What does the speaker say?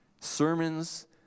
sermons